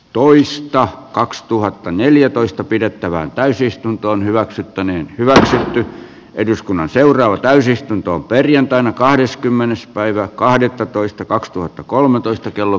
ruis ja kaksituhattaneljätoista pidettävään täysistuntoon hyväksyttänee myös eduskunnan seuraava täysistunto perjantaina kahdeskymmenes päivä kahdettatoista kaksituhattakolmetoista kello